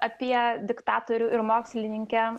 apie diktatorių ir mokslininkę